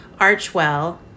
Archwell